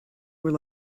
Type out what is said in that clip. were